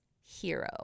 hero